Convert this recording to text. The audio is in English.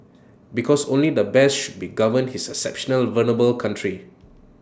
because only the best should be govern his exceptionally vulnerable country